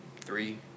three